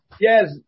Yes